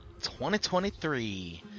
2023